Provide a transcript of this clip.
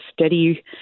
steady